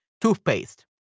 toothpaste